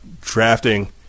drafting